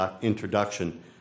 introduction